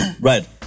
Right